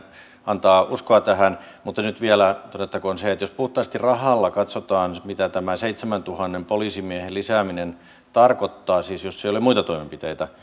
antavat uskoa tähän mutta nyt vielä todettakoon se että jos puhtaasti rahalla katsotaan mitä tämän seitsemäntuhannen poliisimiehen lisääminen tarkoittaa siis jos ei ole muita toimenpiteitä